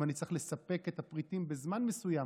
אם אני צריך לספק את הפריטים בזמן מסוים,